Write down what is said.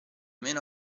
meno